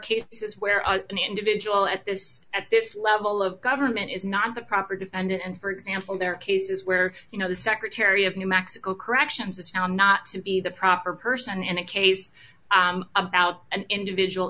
cases where an individual at this at this level of government is not the proper defendant and for example there are cases where you know the secretary of new mexico corrections the town not to be the proper person in a case about an individual